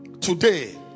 Today